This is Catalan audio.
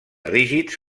rígids